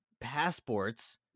passports